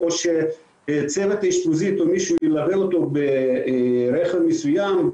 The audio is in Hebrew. או שצוות האשפוזית או מישהו אחר ילווה אותו ברכב מסוים,